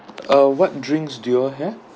uh what drinks do you all have